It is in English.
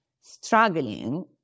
struggling